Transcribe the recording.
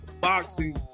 boxing